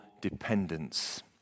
dependence